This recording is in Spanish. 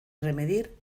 remedir